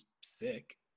sick